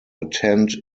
attend